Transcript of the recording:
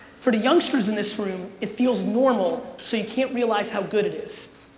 for the youngsters in this room, it feels normal so you can't realize how good it is.